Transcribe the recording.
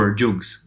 jugs